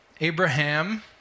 Abraham